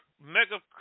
mega